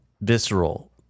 visceral